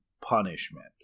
punishment